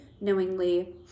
knowingly